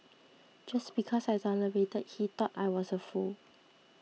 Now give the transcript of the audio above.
just because I tolerated he thought I was a fool